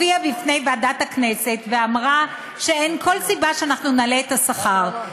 בפני ועדת הכנסת ואמרה שאין כל סיבה שאנחנו נעלה את השכר,